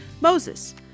MOSES